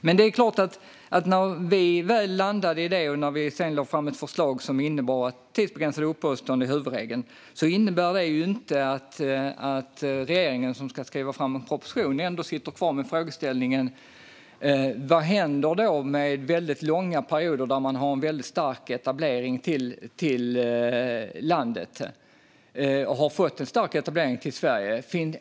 Men när vi väl landade i detta och sedan lade fram ett förslag som innebar att tidsbegränsade uppehållstillstånd ska vara huvudregel så innebär det ju inte att regeringen, som ska skriva fram en proposition, sitter kvar med frågeställningen. Vad händer då med dem som har varit här en lång period och har en väldigt stark etablering i Sverige?